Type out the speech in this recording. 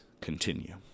continue